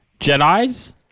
Jedis